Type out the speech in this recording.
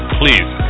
please